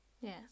Yes